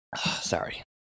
Sorry